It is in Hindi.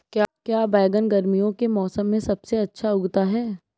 क्या बैगन गर्मियों के मौसम में सबसे अच्छा उगता है?